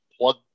plug